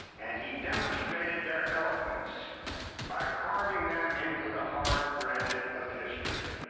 and he demonstrated their eloquence by carving them into the hard granite of history.